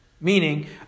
meaning